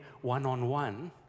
one-on-one